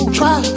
try